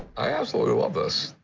i absolutely love this.